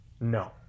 No